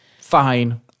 fine